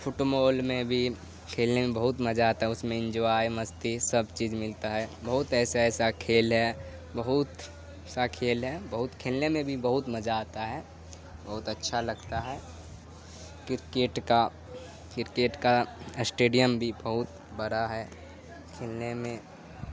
fit بال میں بھی کھیلنے میں بہت مزہ آتا ہے اس میں انجوائے مستی سب چیز ملتا ہے بہت ایسا ایسا کھیل ہے بہت سا کھیل ہے بہت کھیلنے میں بھی بہت مزہ آتا ہے بہت اچھا لگتا ہے کرکٹ کا کرکٹ کا اسٹیڈیم بھی بہت بڑا ہے کھیلنے میں